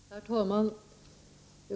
Herr talman!